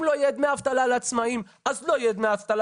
לא יהיה דמי אבטלה לעצמאים אז לא יהיה דמי אבטלה